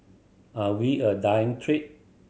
are we a dying trade